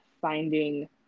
finding